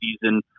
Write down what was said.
season